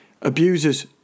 abusers